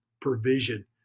provision